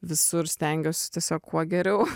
visur stengiuos tiesiog kuo geriau